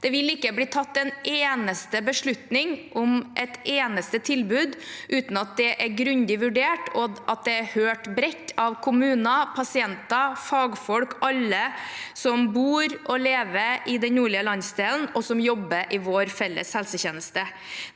Det vil ikke bli tatt en eneste beslutning om et eneste tilbud uten at det er grundig vurdert og hørt bredt av kommuner, pasienter, fagfolk, alle som bor og lever i den nordlige landsdelen, og som jobber i vår felles helsetjeneste.